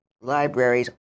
libraries